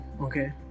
okay